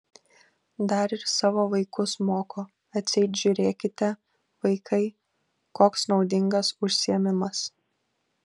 dar ir savo vaikus moko atseit žiūrėkite vaikai koks naudingas užsiėmimas